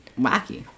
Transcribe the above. Wacky